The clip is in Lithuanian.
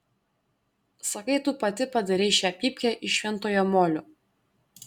sakai tu pati padarei šią pypkę iš šventojo molio